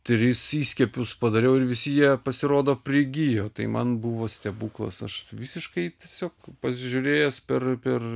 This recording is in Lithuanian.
tris įskiepius padariau ir visi jie pasirodo prigijo tai man buvo stebuklas aš visiškai tiesiog pasižiūrėjęs per per